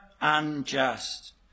unjust